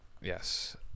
Yes